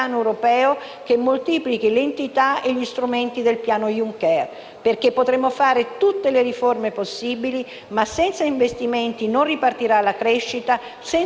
Perché potremo fare tutte le riforme possibili, ma senza investimenti non ripartirà la crescita, senza crescita non ripartirà l'occupazione e senza lavoro